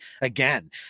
again